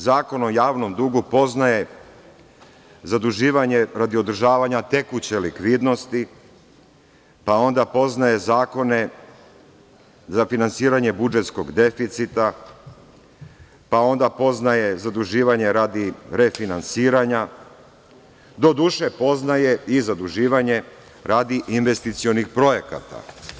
Zakon o javnom dugu poznaje zaduživanje radi održavanja tekuće likvidnosti, pa onda poznaje zakone za finansiranje budžetskog deficita, pa onda poznaje zaduživanje radi refinansiranja, doduše, poznaje i zaduživanje radi investicionih projekata.